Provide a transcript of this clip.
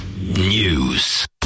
News